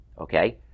Okay